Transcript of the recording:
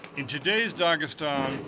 in today's dagestan,